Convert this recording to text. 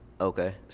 Okay